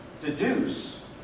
deduce